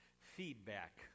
Feedback